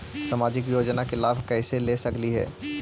सामाजिक योजना के लाभ कैसे ले सकली हे?